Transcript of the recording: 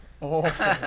Awful